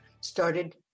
started